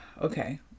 Okay